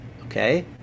okay